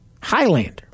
Highlander